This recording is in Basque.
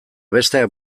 besteak